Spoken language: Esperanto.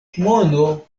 mono